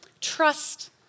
Trust